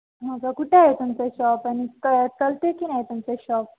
मग कुठं आहे तुमचं शॉप आणि क चालते की नाही तुमचं शॉप